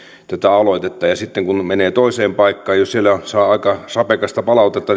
aloitetta ehdottomasti ja sitten kun menee toiseen paikkaan niin jos siellä saa aika sapekasta palautetta